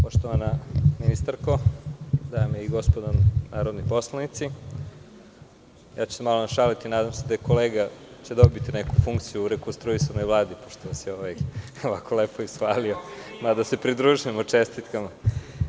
Poštovana ministarko, dame i gospodo narodni poslanici, malo ću se šaliti, nadam se da će kolega dobiti neku funkciju u rekonstruisanju Vlade, pošto se ovako lepo ishvalio, mada se pridružujemo čestitkama.